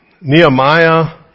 Nehemiah